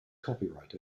copyright